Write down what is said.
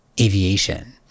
aviation